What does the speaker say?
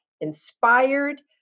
inspired